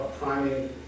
priming